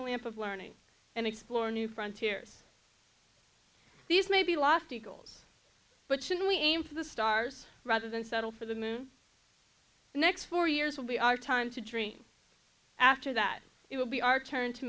only improve learning and explore new frontiers these may be lofty goals but should we aim for the stars rather than settle for the moon the next four years will be our time to dream after that it will be our turn to